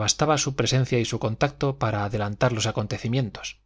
bastaba su presencia y su contacto para adelantar los acontecimientos